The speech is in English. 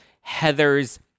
Heather's